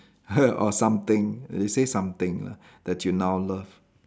or something they say something lah that you now love